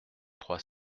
trois